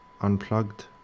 Unplugged